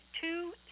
two